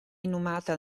inumata